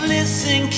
listen